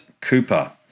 Cooper